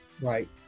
right